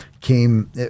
came